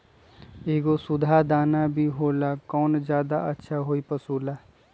एगो सुधा दाना भी होला कौन ज्यादा अच्छा होई पशु ला?